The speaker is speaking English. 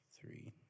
Three